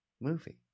movie